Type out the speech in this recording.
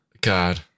God